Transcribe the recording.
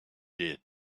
did